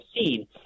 seen